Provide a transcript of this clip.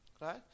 right